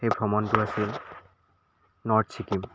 সেই ভ্ৰমণটো আছিল নৰ্থ ছিকিম